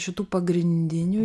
šitų pagrindinių